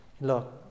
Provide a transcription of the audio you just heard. look